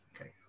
Okay